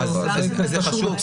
זה חשוב,